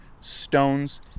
stones